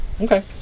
Okay